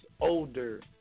older